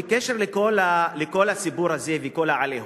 בקשר לכל הסיפור הזה וכל ה"עליהום",